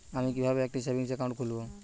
আমি কিভাবে একটি সেভিংস অ্যাকাউন্ট খুলব?